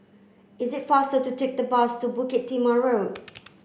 is it faster to take the bus to Bukit Timah Road